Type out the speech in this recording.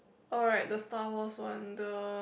alright the Star Wars one the